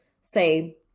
say